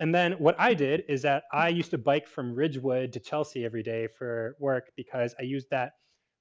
and then what i did is that i used to bike from ridgewood to chelsea every day for work because i used that